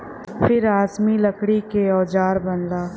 फिर आसमी लकड़ी के औजार बनला